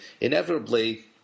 inevitably